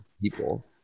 people